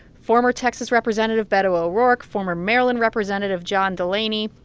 former texas representative beto o'rourke, former maryland representative john delaney,